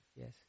Yes